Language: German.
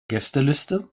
gästeliste